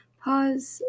pause